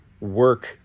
work